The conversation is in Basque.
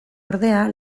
ordea